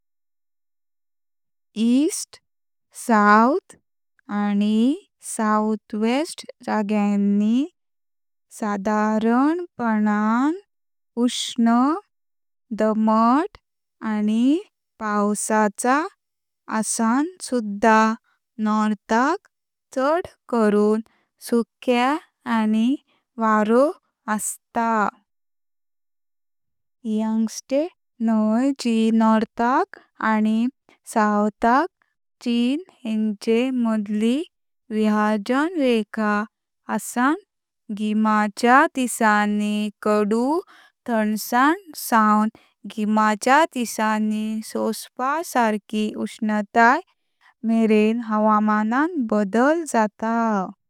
East, south आनी southwest जाग्यानी साधारपणान उष्ण, दमाट आनी पावसाचा आसा सुध्दा नॉरथाक चड करून सुक्या आनी वरो आस्ता। यांग्त्झे न्हाय जी नॉरथाक आनी साउथाक चिनी हेंचे मडली विहाजां रेखा आसा गिमाच्या दिसानी कडू थंडसान सावन गिमाच्या दिसानी सोंसपा सरकी उष्णताय मेरें हवामानांत बदल जाता।